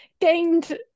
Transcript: gained